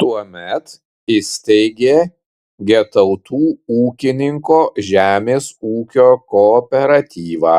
tuomet įsteigė getautų ūkininko žemės ūkio kooperatyvą